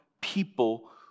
people